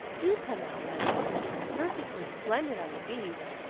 do come out, mother, it's perfectly splendid on the beach!